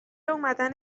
اومدن